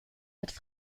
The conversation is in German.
wieder